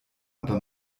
aber